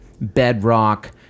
bedrock